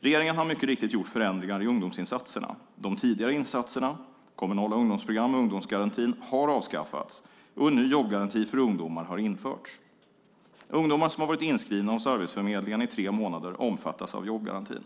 Regeringen har mycket riktigt gjort förändringar i ungdomsinsatserna. De tidigare insatserna, kommunala ungdomsprogram och ungdomsgarantin, har avskaffats och en ny jobbgaranti för ungdomar har införts. Ungdomar som har varit inskrivna hos Arbetsförmedlingen i tre månader omfattas av jobbgarantin.